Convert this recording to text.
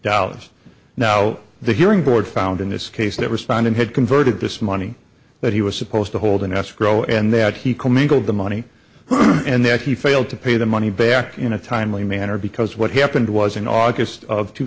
dollars now the hearing board found in this case that respondent had converted this money that he was supposed to hold in escrow and that he could make all the money and that he failed to pay the money back in a timely manner because what happened was in august of two